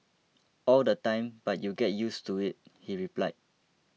all the time but you get used to it he replied